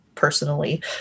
personally